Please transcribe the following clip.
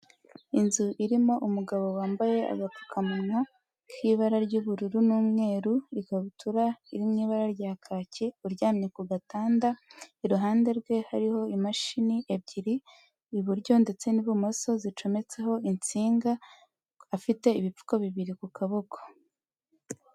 Inzu irimo umugabo wambaye agapfukamunwa k'ibara ry'ubururu n'umweru, ikabutura iri mu ibara rya kaki, uryamye ku gatanda, iruhande rwe hariho imashini ebyiri, iburyo ndetse n'ibumoso zicometseho insinga, afite ibipfuko bibiri ku kaboko